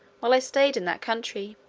while i stayed in that country.